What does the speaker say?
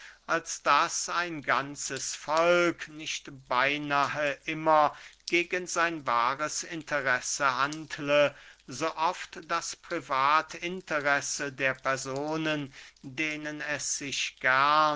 als daß ein ganzes volk nicht beynahe immer gegen sein wahres interesse handle so oft das privatinteresse der personen denen es sich gern